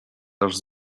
dasz